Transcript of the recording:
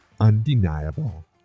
undeniable